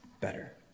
better